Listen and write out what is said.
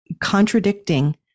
contradicting